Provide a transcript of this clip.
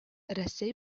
рәсәй